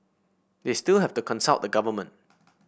they still have to consult the government